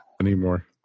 anymore